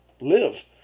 live